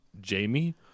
Jamie